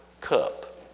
cup